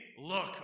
look